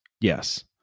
Yes